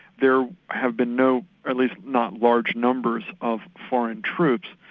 there have been no at least not large numbers of foreign troops.